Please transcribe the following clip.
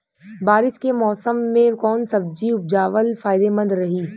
बारिश के मौषम मे कौन सब्जी उपजावल फायदेमंद रही?